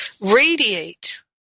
radiate